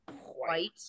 white